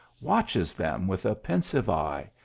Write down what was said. watches them with a pensive eye,